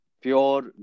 pure